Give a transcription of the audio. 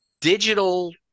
digital